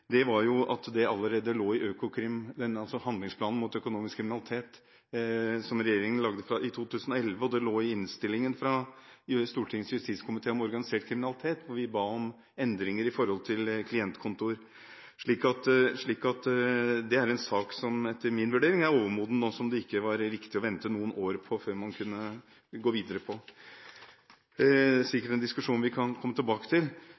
allerede lå i handlingsplanen mot økonomisk kriminalitet som regjeringen lagde i 2011 og i innstillingen fra Stortingets justiskomité om organisert kriminalitet, hvor vi ba om endringer når det gjaldt klientkontoer. Så det er en sak som etter min vurdering er overmoden, og som det ikke var riktig å vente noen år før man kunne gå videre på. Det er en diskusjon vi sikkert kan komme tilbake til.